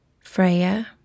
Freya